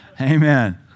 Amen